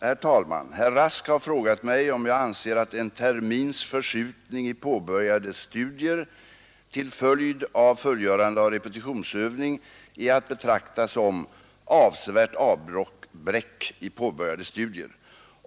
Herr talman! Herr Rask har frågat mig om jag anser att en termins förskjutning i påbörjade studier till följd av fullgörande av repetitionsövning är att betrakta som ”avsevärt avbräck i påbörjade studier”.